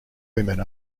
women